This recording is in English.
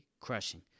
crushing